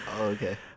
okay